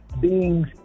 beings